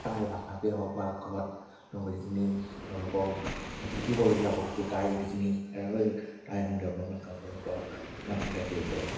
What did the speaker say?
টাই ভাষাকেই হওক বা ক'ৰবাত যিখিনি তেওঁলোকৰ শিকিবলগীয়া বস্তু টাই যিখিনি হেৰি টাই ডেভেলপমেণ্টৰ কাউন্সিলৰপৰা কাউন্সিলে হেৰি কৰে